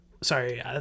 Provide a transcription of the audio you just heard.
sorry